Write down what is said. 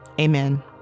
amen